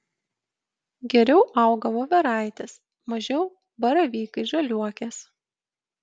geriau auga voveraitės mažiau baravykai žaliuokės